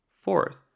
Fourth